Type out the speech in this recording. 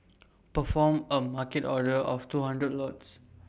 perform A market order of two hundred lots